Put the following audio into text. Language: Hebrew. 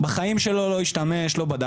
הוא בחיים שלא לא השתמש ואפילו לא ניסה,